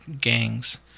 gangs